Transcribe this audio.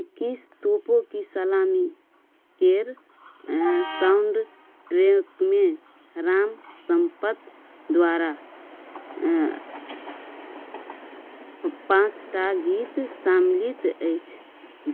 इक्कीस तोपों की सलामीके साउण्डट्रैकमे राम सम्पत द्वारा पाँच टा गीत सामिलित अछि